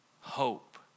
hope